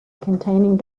containing